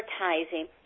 advertising